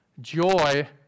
joy